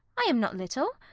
i am not little.